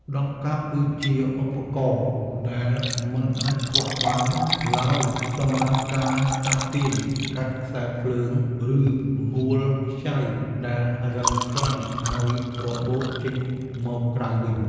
ដង្កាប់ គឺជាឧបករណ៍ដែលមិនអាចខ្វះបានឡើយសម្រាប់ការចាប់ទាញ កាត់ខ្សែភ្លើង ឬមួលខ្ចៅដែលរឹងខ្លាំងឱ្យរបូតចេញមកក្រៅវិញ។